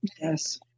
yes